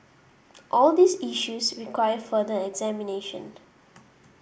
all these issues require further examination